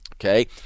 Okay